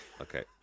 okay